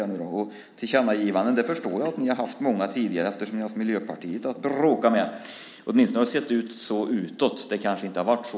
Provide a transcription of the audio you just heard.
Jag förstår att ni har haft många tillkännagivanden tidigare eftersom ni har haft Miljöpartiet att bråka med. Åtminstone har det sett ut så utåt, men det kanske inte har varit så.